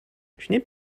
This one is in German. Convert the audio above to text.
schnipp